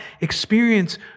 Experience